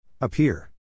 Appear